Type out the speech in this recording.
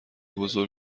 بزرگ